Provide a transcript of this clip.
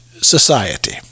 society